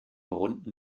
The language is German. runden